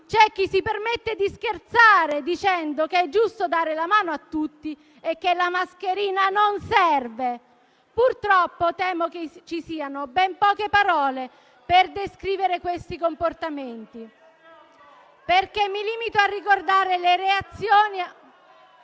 c'è chi si permette di scherzare, dicendo che è giusto dare la mano a tutti e che la mascherina non serve. Purtroppo temo che ci siano ben poche parole per descrivere questi comportamenti. *(Commenti. Richiami del Presidente).*